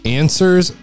answers